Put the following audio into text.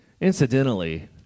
incidentally